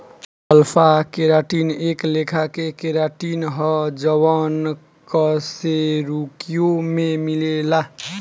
alpha keratin एक लेखा के केराटिन ह जवन कशेरुकियों में मिलेला